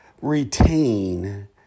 retain